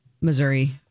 Missouri